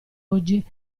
oggi